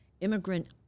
immigrant